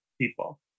people